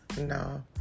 no